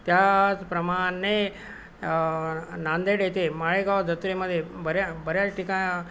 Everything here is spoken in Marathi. त्याचप्रमाणे नांदेड येथे माळेगाव जत्रेमध्ये बऱ्या बऱ्याच ठिका